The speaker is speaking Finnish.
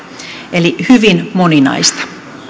eli hyvin moninaista